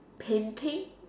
painting